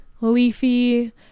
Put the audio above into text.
leafy